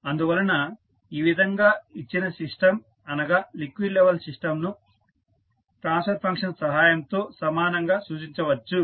అందువలన ఈ విధంగా ఇచ్చిన సిస్టం అనగా లిక్విడ్ లెవెల్ సిస్టంను ట్రాన్స్ఫర్ ఫంక్షన్ సహాయంతో సమానంగా సూచించవచ్చు